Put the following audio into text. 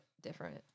different